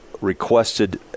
requested